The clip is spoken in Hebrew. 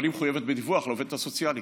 אבל היא מחויבת בדיווח לעובדת הסוציאלית,